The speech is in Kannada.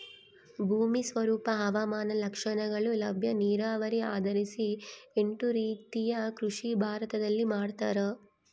ಭೂಮಿ ಸ್ವರೂಪ ಹವಾಮಾನ ಲಕ್ಷಣಗಳು ಲಭ್ಯ ನೀರಾವರಿ ಆಧರಿಸಿ ಎಂಟು ರೀತಿಯ ಕೃಷಿ ಭಾರತದಲ್ಲಿ ಮಾಡ್ತಾರ